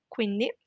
Quindi